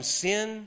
sin